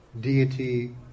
deity